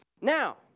Now